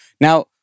Now